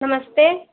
नमस्ते